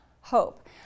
hope